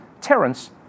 Terence